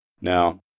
Now